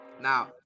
Now